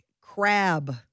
crab